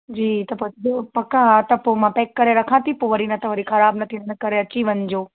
जी त पक ॾियो पक हा त पोइ मां पैक करे रखां थी पोइ वरी न त वरी ख़राबु न थी वञनि इन करे अची वञिजो